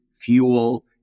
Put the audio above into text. fuel